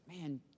man